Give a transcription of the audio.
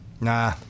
Nah